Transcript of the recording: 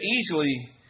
easily